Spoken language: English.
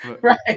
Right